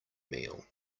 meal